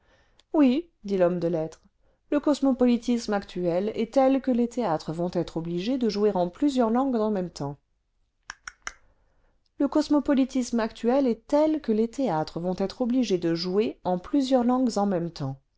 oui dit l'homme de lettres le cosmopolitisme actuel est tel que les théâtres vont être obligés déjouer en plusieurs langues en même temps on a déjà commencé la porte-saint-martin a deux troupes une anglaise et une française il y a deux jeunes premiers et deux jeunes premières en scène en même temps